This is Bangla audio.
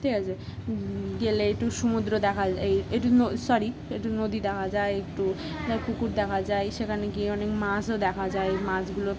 ঠিক আছে গেলে একটু সমুদ্র দেখা যায় এই একটু সরি একটু নদী দেখা যায় একটু কুকুর দেখা যায় সেখানে গিয়ে অনেক মাছও দেখা যায় মাছগুলো